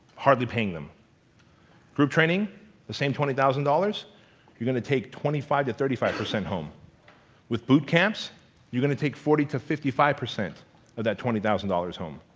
hardly paying them through training the same twenty thousand dollars you gonna take twenty five to thirty five percent home with boot camps you gonna take forty to fifty five percent that twenty thousand dollars home